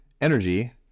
energy